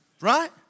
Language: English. right